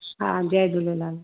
हा जय झुलेलाल